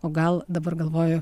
o gal dabar galvoju